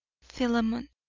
philemon,